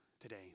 today